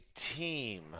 team